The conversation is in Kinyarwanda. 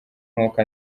nk’uko